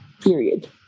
period